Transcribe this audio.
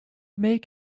make